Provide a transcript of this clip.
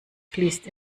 fließt